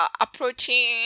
approaching